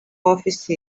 office